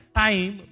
time